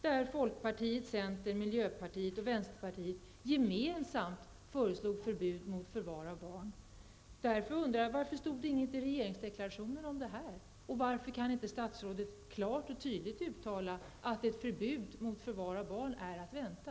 Där föreslog folkpartiet, centern, miljöpartiet och vänsterpartiet gemensamt förbud mot förvar av barn. Jag undrar därför varför det inte stod någonting i regeringsdeklarationen om detta och varför inte statsrådet klart och tydligt kan uttala att ett förbud mot förvar av barn är att vänta.